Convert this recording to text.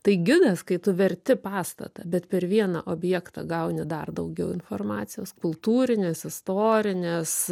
tai gidas kai tu verti pastatą bet per vieną objektą gauni dar daugiau informacijos kultūrinės istorinės